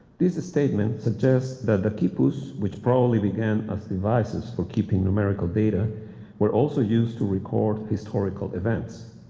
this statement suggests that the quipus, which probably began as devices for keeping numerical data were also used to record historical events.